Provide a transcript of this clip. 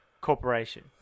Corporation